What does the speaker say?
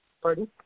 pardon